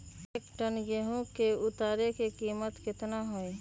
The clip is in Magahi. एक टन गेंहू के उतरे के कीमत कितना होतई?